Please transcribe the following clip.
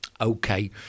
Okay